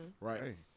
Right